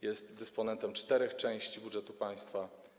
Jest on dysponentem czterech części budżetu państwa.